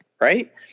Right